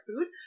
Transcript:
food